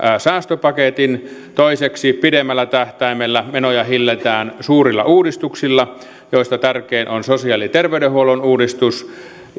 säästöpaketin toiseksi pidemmällä tähtäimellä menoja hillitään suurilla uudistuksilla joista tärkein on sosiaali ja terveydenhuollon uudistus